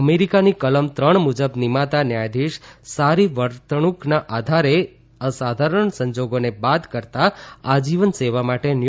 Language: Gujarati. અમેરિકાની કલમ ત્રણ મુજબ નિમાતા ન્યાયાધીસ સારી વર્તણૂંકના આધારે અસાધારણ સંજાગોને બાદ કરતાં આજીવન સેવા માટે નિયુક્ત કરાય છે